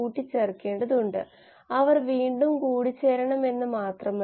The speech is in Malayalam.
ഇവിടെ പൈറുവേറ്റ് അത് ഓക്സലോഅസെറ്റിക് ആസിഡിലേക്കും എൽ ലൈസിനിലേക്കും പോകുന്നു